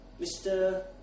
Mr